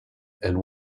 and